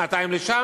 200 לשם,